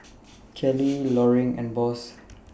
Kelly Loring and Boss